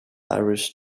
irish